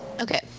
okay